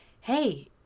hey